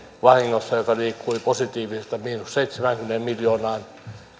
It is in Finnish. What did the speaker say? vahingossa ja joka liikkui positiivisesta miinus seitsemäänkymmeneen miljoonaan